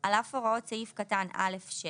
על אף הוראות סעיף קטן (א)(6),